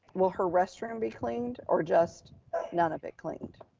will her restroom be cleaned or just none of it cleaned.